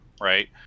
right